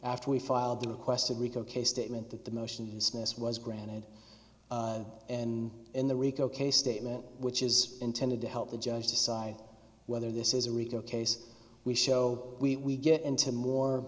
after we filed the requested rico case statement that the motions miss was granted and in the rico case statement which is intended to help the judge decide whether this is a rico case we show we get into more